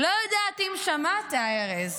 לא יודעת אם שמעת, ארז,